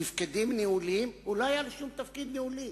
תפקידים ניהוליים, הוא לא היה בשום תפקיד ניהולי.